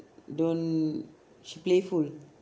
don't she playful